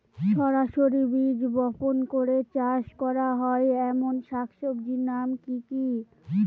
সরাসরি বীজ বপন করে চাষ করা হয় এমন শাকসবজির নাম কি কী?